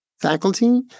faculty